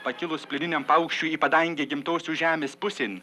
pakilus plieniniam paukščiui į padangę gimtosios žemės pusėn